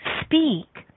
speak